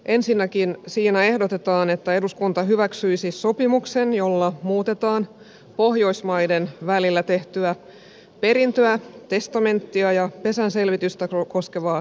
ensinnäkin siinä ehdotetaan että eduskunta hyväksyisi sopimuksen jolla muutetaan pohjoismaiden välillä tehtyä perintöä testamenttia ja pesänselvitystä koskevaa yleissopimusta